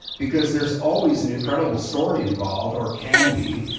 because there's always an incredible story involved or can be,